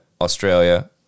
Australia